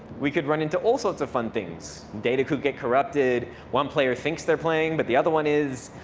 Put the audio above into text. we could run into all sorts of fun things. data could get corrupted, one player thinks they're playing, but the other one is.